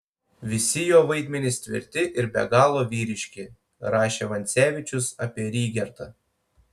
visi jo vaidmenys tvirti ir be galo vyriški rašė vancevičius apie rygertą